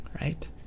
right